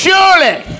Surely